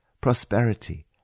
prosperity